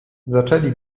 zaczęli